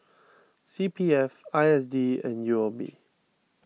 C P F I S D and U O B